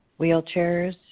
wheelchairs